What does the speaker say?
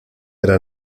era